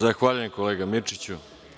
Zahvaljujem, kolega Mirčiću.